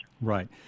right